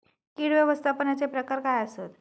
कीड व्यवस्थापनाचे प्रकार काय आसत?